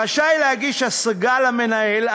רשאי להגיש השגה למנהל.